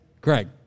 Craig